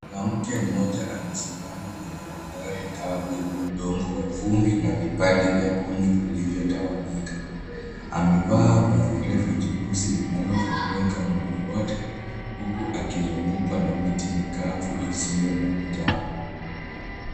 Mwanamke mmoja amesimama kwenye mandhari kavu yenye udongo wa vumbi na vipande vya kuni vilivyo tawanyika. Amevaa vazi refu jeusi linalofunika mwili wote, huku akizungukwa na miti mikavu isiyo na majani.